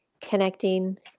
connecting